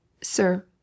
Sir